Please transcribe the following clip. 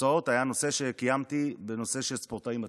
התוצאות היה הדיון שקיימתי בנושא של ספורטאים בצבא.